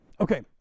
Okay